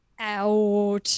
out